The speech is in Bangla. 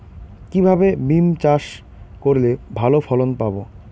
কিভাবে বিম চাষ করলে ভালো ফলন পাব?